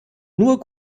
nur